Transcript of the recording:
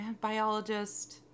biologist